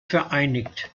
vereinigt